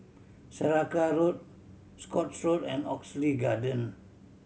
Saraca Road Scotts Road and Oxley Garden